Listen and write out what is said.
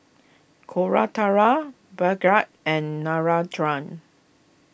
Koratala Bhagat and Narendra